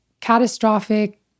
catastrophic